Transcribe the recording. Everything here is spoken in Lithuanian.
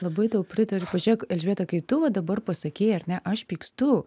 labai tau pritariu pažiūrėk elžbieta kai tu va dabar pasakei ar ne aš pykstu